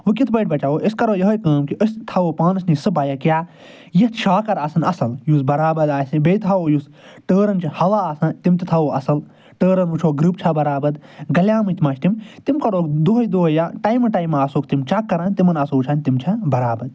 وۄنۍ کِتھ پٲٹھۍ بچاوو أسۍ کرو یِہوٚے کٲم کہِ أسۍ تھاوو پانَس نِش سُہ بایک یا یَتھ شاکَر آسَن اصٕل یُس برابد آسہِ بیٚیہِ تھاوو یُس ٹٲرن چھِ ہوا آسان تِم تہِ تھاوو اصٕل ٹٲرن وٕچھو گِرٛپ چھےٚ برابد گلیمٕتۍ مَہ چھِ تِم تِم کروَکھ دۄہَے دۄہَے یا ٹایمہٕ ٹایمہٕ آسوکھ تِم چَک کران تِمن آسو وٕچھان تِم چھےٚ بَرابد